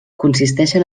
consisteixen